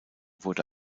wurde